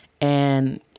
and-